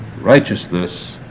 righteousness